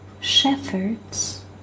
shepherds